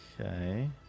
Okay